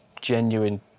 genuine